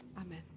Amen